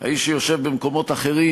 האיש שיושב במקומות אחרים.